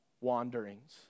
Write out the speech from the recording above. wanderings